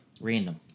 Random